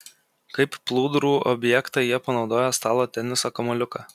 kaip plūdrų objektą jie panaudojo stalo teniso kamuoliuką